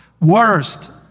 worst